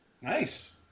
Nice